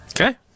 Okay